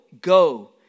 go